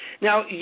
Now